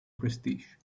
prestige